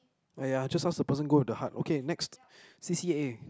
!aiya! just ask the person go to the heart okay next C_C_A